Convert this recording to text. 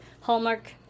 Hallmark